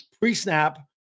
pre-snap